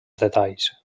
detalls